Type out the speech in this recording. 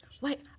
Wait